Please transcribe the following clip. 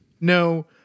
No